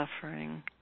suffering